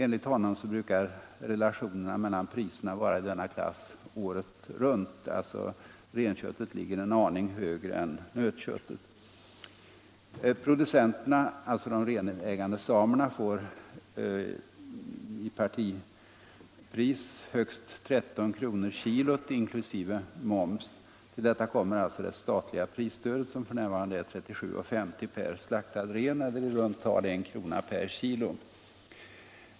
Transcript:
Enligt honom brukar relationerna mellan priserna vara i denna klass året runt, dvs. renköttet ligger en aning högre än nötköttet. Producenterna, alltså de renägande samerna, får f.n. i partipris högst 13 kr. per kilo inkl. moms. Till detta kommer det statliga prisstödet, f.n. 37:50 kr. per slaktad ren eller i runt tal 1 kr. per kilo.